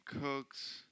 Cooks